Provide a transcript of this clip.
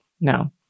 No